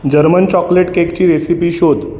German chocolate केकची recipe शोध